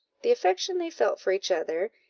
the affection they felt for each other,